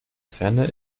zähne